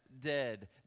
dead